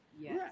Yes